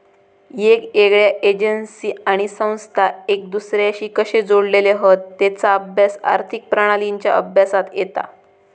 येगयेगळ्या एजेंसी आणि संस्था एक दुसर्याशी कशे जोडलेले हत तेचा अभ्यास आर्थिक प्रणालींच्या अभ्यासात येता